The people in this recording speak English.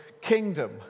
kingdom